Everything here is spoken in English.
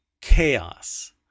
chaos